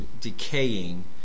decaying